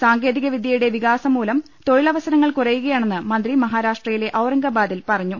സാങ്കേതിക വിദൃയുടെ വികാസംമൂലം തൊഴിലവസരങ്ങൾ കുറയുകയാണെന്ന് മന്ത്രി മഹാ രാഷ്ട്രയിലെ ഔറംഗബാദിൽ പറഞ്ഞു